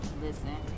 Listen